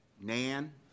nan